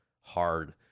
hard